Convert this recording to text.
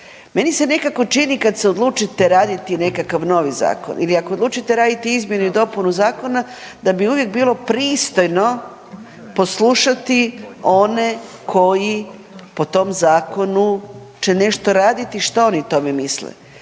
Meni se nekako čini kad se odlučite raditi nekakav novi zakon ili ako odlučite raditi izmjenu i dopunu zakona da bi uvijek bilo pristojno poslušati one koji po tom zakonu će nešto raditi šta oni o tome misle.